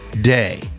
day